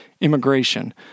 immigration